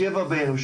שבע בערב,